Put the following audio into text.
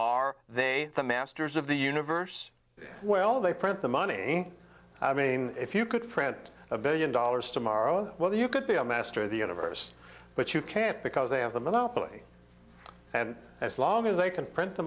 are they the masters of the universe well they print the money i mean if you could print a billion dollars tomorrow well you could be a master of the universe but you can't because they have the monopoly and as long as they can print the